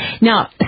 Now